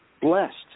blessed